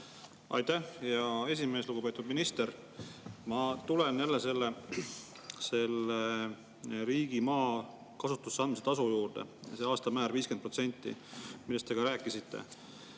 Aitäh, hea esimees! Lugupeetud minister! Ma tulen jälle selle riigimaa kasutusse andmise tasu juurde. [Tõusu] aastamäär on 50%, millest te ka rääkisite.